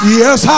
yes